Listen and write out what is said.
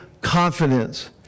confidence